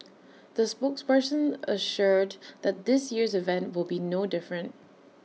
the spokesperson assured that this year's event will be no different